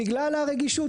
בגלל הרגישות.